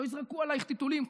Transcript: לא יזרקו עלייך טיטולים,